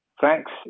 Thanks